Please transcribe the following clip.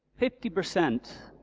fifty percent